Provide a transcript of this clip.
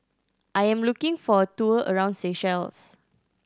I am looking for a tour around Seychelles